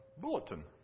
bulletin